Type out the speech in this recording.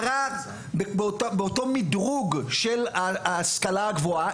באותו מידרוג של ההשכלה הגבוהה,